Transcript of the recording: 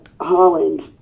Holland